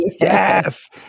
Yes